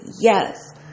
Yes